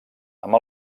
amb